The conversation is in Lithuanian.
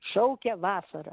šaukia vasara